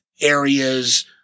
areas